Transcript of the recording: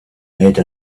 made